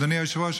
אדוני היושב-ראש,